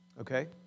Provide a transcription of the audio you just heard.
okay